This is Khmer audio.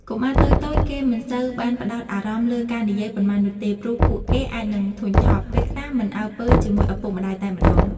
កុមារតូចៗគេមិនសូវបានផ្តោតអារម្មណ៍លើការនិយាយប៉ុន្មាននោះទេ ព្រោះពួកគេអាចនិងធុញថប់ ពេលខ្លះមិនអើពើជាមួយឪពុកម្តាយតែម្តង។